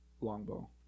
longbow